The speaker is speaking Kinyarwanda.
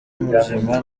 muzima